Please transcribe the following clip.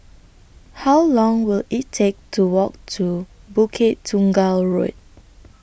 How Long Will IT Take to Walk to Bukit Tunggal Road